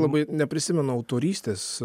labai neprisimenu autorystės